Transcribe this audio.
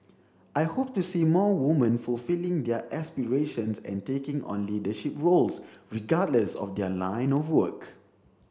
I hope to see more women fulfilling their aspirations and taking on leadership roles regardless of their line of work